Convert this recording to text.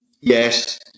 Yes